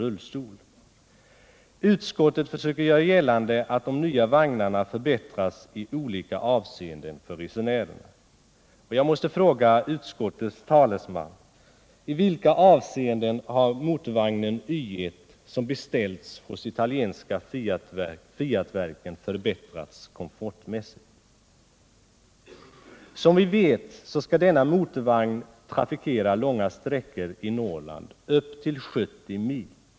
Utskottet försöker göra gällande att de nya vagnarna förbättrats för resenärerna i olika avseenden. Jag måste fråga utskottets talesman: I vilka avseenden har motorvagnen Y 1, som beställts hos italienska Fiatverken, förbättrats komfortmässigt? Som vi vet skall denna motorvagn trafikera långa sträckor i Norrland — upp till 70 mil.